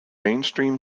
mainstream